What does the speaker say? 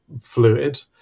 fluid